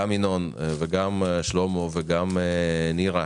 גם ינון וגם שלמה וגם נירה